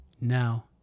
Now